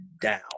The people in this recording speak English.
down